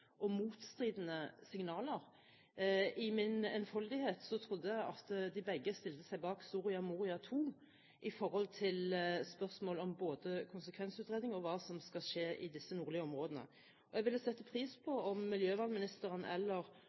og motstridende signaler. I min enfoldighet trodde jeg at de begge stilte seg bak Soria Moria II når det gjaldt spørsmål om både konsekvensutredning og hva som skal skje i disse nordlige områdene. Jeg vil sette pris på om miljøvernministeren eller